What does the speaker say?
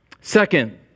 Second